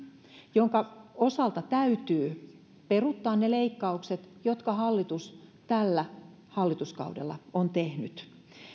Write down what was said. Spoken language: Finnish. jonka osalta täytyy peruuttaa ne leikkaukset jotka hallitus tällä hallituskaudella on tehnyt